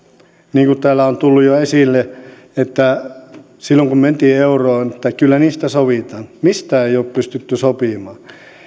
niin kuin täällä on jo tullut esille se että silloin kun mentiin euroon sanottiin että kyllä niistä sovitaan ja mistään ei ole pystytty sopimaan